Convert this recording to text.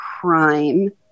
crime